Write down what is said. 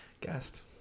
guest